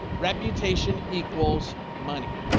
reputation equals money.